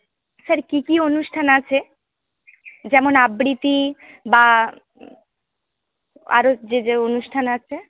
sir কি কি অনুষ্ঠান আছে যেমন আবৃত্তি বা আরও যে যে অনুষ্ঠান আছে